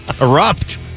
erupt